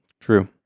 True